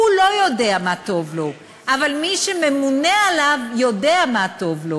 הוא לא יודע מה טוב לו אבל מי שממונה עליו יודע מה טוב לו,